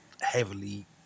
heavily